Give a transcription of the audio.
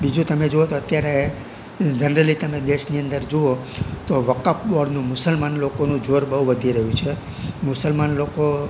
બીજું તમે જોવો તો અત્યારે જનરલી તમે દેશની અંદર જુઓ તો વક્ફ બોર્ડનું મુસલમાન લોકોનું જોર બહુ વધી રહ્યું છે મુસલમાન લોકો